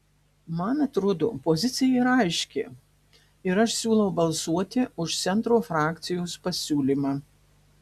man atrodo pozicija yra aiški ir aš siūlau balsuoti už centro frakcijos pasiūlymą